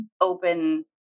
open